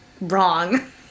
wrong